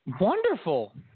Wonderful